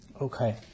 Okay